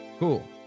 Cool